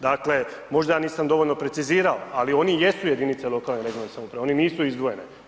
Dakle, možda ja nisam dovoljno precizirao, ali oni jesu jedinice lokalne i regionalne samouprave, oni nisu izdvojene.